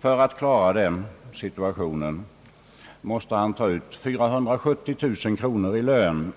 För att klara detta måste han ta ut 470 000 i årslön